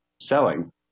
selling